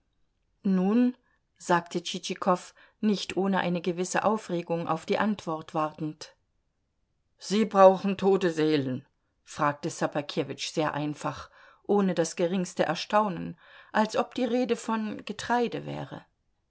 nun sagte tschitschikow nicht ohne eine gewisse aufregung auf die antwort wartend sie brauchen tote seelen fragte ssobakewitsch sehr einfach ohne das geringste erstaunen als ob die rede von getreide wäre